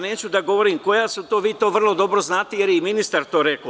Neću da govorim koja su to, vi to vrlo dobro znate, jer je i ministar rekao.